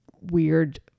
weird